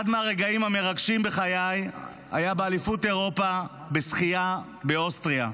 אחד מהרגעים המרגשים בחיי היה באליפות אירופה בשחייה באוסטריה,